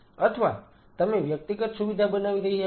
અથવા તમે વ્યક્તિગત સુવિધા બનાવી રહ્યા છો